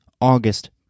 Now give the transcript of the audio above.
August